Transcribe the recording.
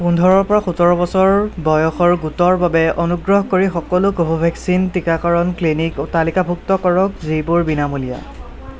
পোন্ধৰৰ পৰা সোতৰ বছৰ বয়সৰ গোটৰ বাবে অনুগ্ৰহ কৰি সকলো কোভেক্সিন টীকাকৰণ ক্লিনিক তালিকাভুক্ত কৰক যিবোৰ বিনামূলীয়া